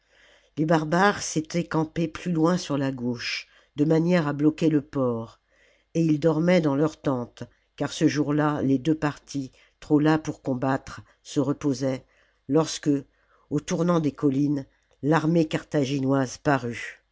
les barbares s'étaient campés plus loin sur la gauche de manière à bloquer le port et ils dormaient dans leurs tentes car ce jour-là les deux partis trop las pour combattre se reposaient lorsque au tournant des collines l'armée carthaginoise parut